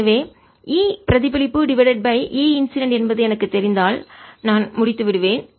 எனவே E பிரதிபலிப்பு divided by E incident என்பது எனக்குத் தெரிந்தால் நான் முடித்து விடுவேன்